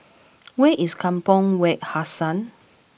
where is Kampong Wak Hassan